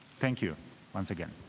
thank you once again.